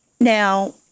Now